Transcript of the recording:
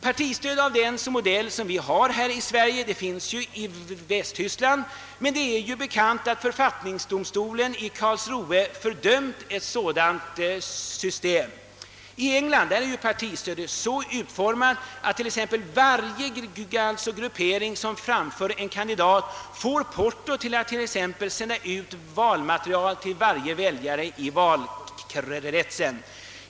Partistöd av den modell vi har i Sverige finns i Västtyskland, men det är bekant att författningsdomstolen i Karlsruhe fördömt systemet. I England är partistödet så utformat, att t.ex. varje gruppering som framför en kandidat får porto till att sända ut material till varje väljare i valkretsen.